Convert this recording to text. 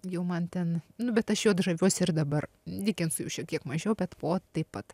jau man ten nu bet aš juo žaviuosi ir dabar dikensu jau šiek tiek mažiau bet po taip pat